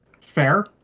fair